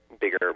bigger